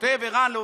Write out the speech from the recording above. כותב ערן,